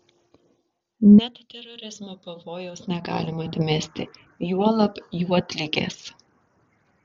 net terorizmo pavojaus negalima atmesti juolab juodligės